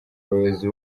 abayobozi